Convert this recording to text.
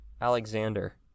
Alexander